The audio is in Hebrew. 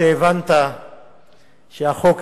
שהבנת שהחוק,